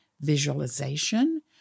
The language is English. visualization